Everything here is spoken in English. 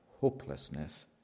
hopelessness